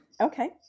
Okay